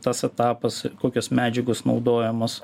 tas etapas kokios medžiagos naudojamos